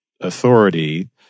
authority